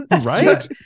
right